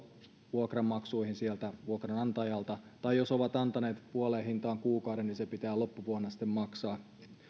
vuokranmaksuihin sieltä vuokranantajalta tai jos nämä ovat antaneet puoleen hintaan kuukauden niin se pitää loppuvuonna sitten maksaa